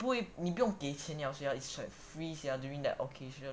你不用给钱 liao sia it's like free here during the occasion